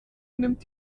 nimmt